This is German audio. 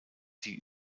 die